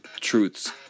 truths